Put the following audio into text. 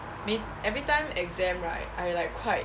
mean everyb time exam right I like quite